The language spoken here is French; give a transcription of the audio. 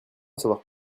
savoir